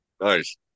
Nice